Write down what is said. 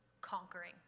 conquering